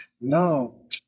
No